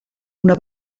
una